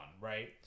right